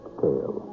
tale